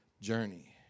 journey